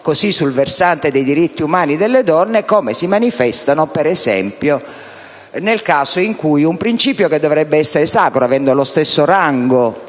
così sul versante dei diritti umani delle donne come si manifestano, per esempio, nel caso in cui un principio che dovrebbe essere sacro, avendo lo stesso rango